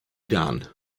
done